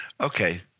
okay